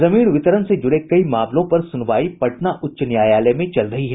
जमीन वितरण से जुड़े कई मामलों पर सुनवाई पटना उच्च न्यायालय में चल रही है